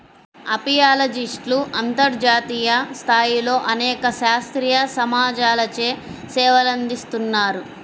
అపియాలజిస్ట్లు అంతర్జాతీయ స్థాయిలో అనేక శాస్త్రీయ సమాజాలచే సేవలందిస్తున్నారు